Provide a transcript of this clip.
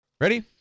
Ready